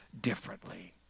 differently